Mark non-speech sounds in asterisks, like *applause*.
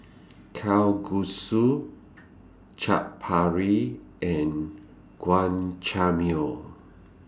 Kalguksu Chaat Papri and *unintelligible*